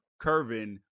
Curvin